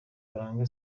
karangwa